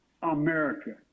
america